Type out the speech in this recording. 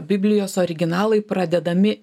biblijos originalai pradedami